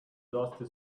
dusty